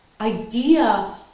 idea